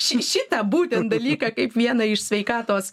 ši šitą būtent dalyką kaip vieną iš sveikatos